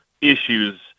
issues